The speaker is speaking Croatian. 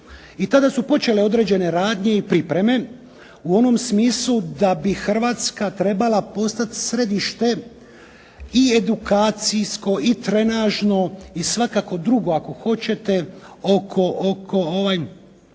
I tada su počele određene radnje i pripreme u onom smislu da bi Hrvatska trebala postati središte i edukacijsko i trenažno i svakako drugo ako hoćete oko tih